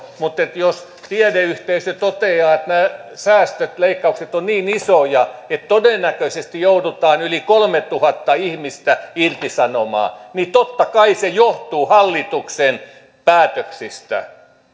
mutta jos tiedeyhteisö toteaa että nämä säästöt leikkaukset ovat niin isoja että todennäköisesti joudutaan yli kolmetuhatta ihmistä irtisanomaan niin totta kai se johtuu hallituksen päätöksistä